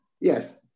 yes